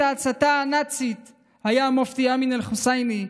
ההסתה הנאצית היה המופתי אמין אל-חוסייני,